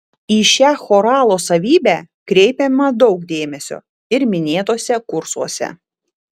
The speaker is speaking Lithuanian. į šią choralo savybę kreipiama daug dėmesio ir minėtuose kursuose